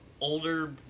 older